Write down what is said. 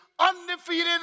Undefeated